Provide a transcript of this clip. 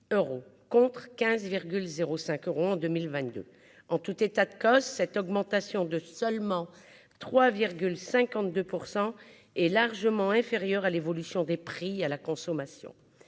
contre 15 05 euros en 2022 en tout état de cause, cette augmentation de seulement 3 52 % est largement inférieur à l'évolution des prix à la consommation,